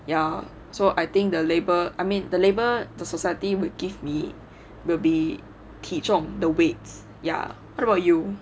ya so I think the label I mean the label the society would give me will be 体重 the weights ya what about you